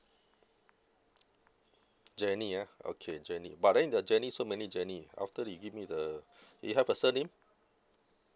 jenny ah okay jenny but then the jenny so many jenny after they give me the you have a surname